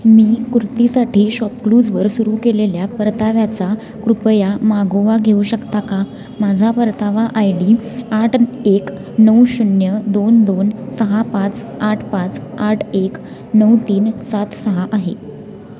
मी कुर्तीसाठी शॉपक्लूजवर सुरू केलेल्या परताव्याचा कृपया मागोवा घेऊ शकता का माझा परतावा आय डी आठ एक नऊ शून्य दोन दोन सहा पाच आठ पाच आठ एक नऊ तीन सात सहा आहे